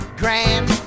grand